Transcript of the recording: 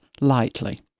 lightly